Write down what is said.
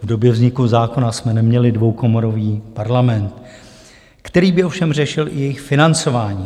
V době vzniku zákona jsme neměli dvoukomorový parlament, který by ovšem řešil i jejich financování.